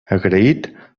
agraït